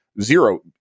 zero